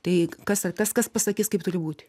tai kas kas kas pasakys kaip turi būti